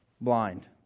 blind